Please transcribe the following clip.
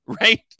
Right